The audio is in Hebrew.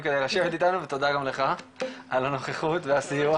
כדי לשבת איתנו ותודה גם לך על הנוכחות והסיוע,